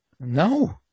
No